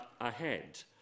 ahead